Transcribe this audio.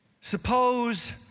Suppose